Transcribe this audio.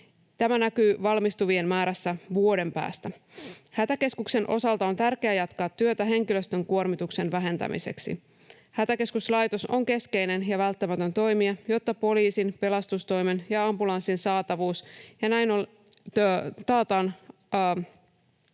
Tämä näkyy valmistuvien määrässä vuoden päästä. Hätäkeskuksen osalta on tärkeää jatkaa työtä henkilöstön kuormituksen vähentämiseksi. Hätäkeskuslaitos on keskeinen ja välttämätön toimija, jotta poliisin, pelastustoimen ja ambulanssin saatavuus taataan